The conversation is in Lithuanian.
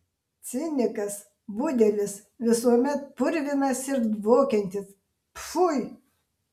cinikas budelis visuomet purvinas ir dvokiantis pfui